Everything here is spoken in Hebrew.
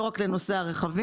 לא רק לנושא הרכבים.